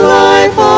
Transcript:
life